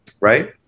Right